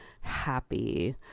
happy